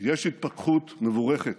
יש התפכחות מבורכת.